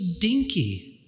dinky